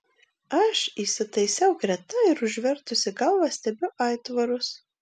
aš įsitaisau greta ir užvertusi galvą stebiu aitvarus